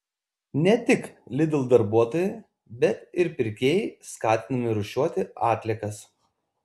ne tik lidl darbuotojai bet ir pirkėjai skatinami rūšiuoti atliekas